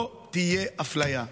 לא תהיה אפליה.